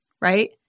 right